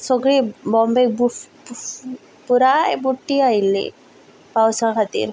सगळी बॉम्बे पुराय बुट्टी आयिल्ली पावसा खातीर